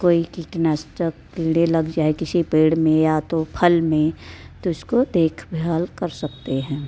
कोई कीटनाशक कीड़े लग जाए किसी पेड़ में या तो फल में तो उसको देखभाल कर सकते हैं